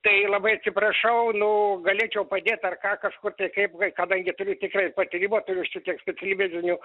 tai labai atsiprašau nu galėčiau padėt ar ką kažkur tai kaip kadangi turiu tikrai patyrimo turiu šiek tiek specialybės žinių